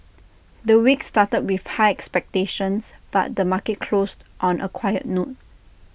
the week started with high expectations but the market closed on A quiet note